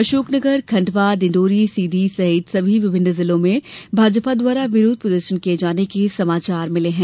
अशोकनगर खण्डवा डिण्डौरी सीधी सहित विभिन्न जिलों से भाजपा द्वारा विरोध प्रदर्शन किये जाने के समाचार मिले हैं